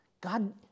God